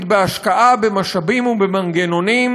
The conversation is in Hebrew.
בהשקעה במשאבים ובמנגנונים,